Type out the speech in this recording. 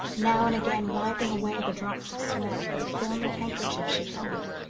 now and again wiping away the drops of sweat with a filmy handkerchief she held,